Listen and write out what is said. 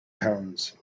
cones